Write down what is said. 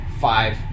five